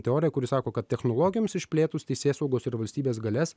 teorija kuri sako kad technologijoms išplėtus teisėsaugos ir valstybės galias